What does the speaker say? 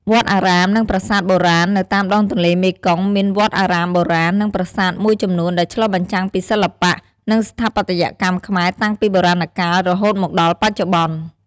វត្តអារាម និងប្រាសាទបុរាណ នៅតាមដងទន្លេមេគង្គមានវត្តអារាមបុរាណ និងប្រាសាទមួយចំនួនដែលឆ្លុះបញ្ចាំងពីសិល្បៈ និងស្ថាបត្យកម្មខ្មែរតាំងពីបុរាណកាល រហូតមកដល់បច្ចុប្បន្ន។